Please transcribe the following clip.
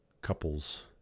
couples